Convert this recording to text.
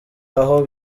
abo